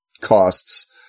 costs